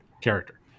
character